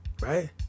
right